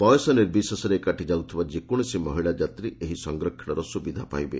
ବୟସ ନିର୍ବିଶେଷରେ ଏକାଠି ଯାଉଥିବା ଯେକୌଣସି ମହିଳା ଯାତ୍ରୀ ଏହି ସଂରକ୍ଷଣର ସୁବିଧା ପାଇବେ